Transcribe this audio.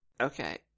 Okay